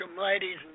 ladies